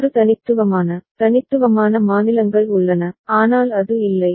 6 தனித்துவமான தனித்துவமான மாநிலங்கள் உள்ளன ஆனால் அது இல்லை